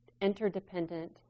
interdependent